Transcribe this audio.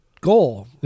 goal